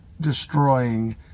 destroying